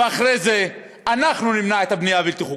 ואחרי זה אנחנו נמנע את הבנייה הבלתי-חוקית.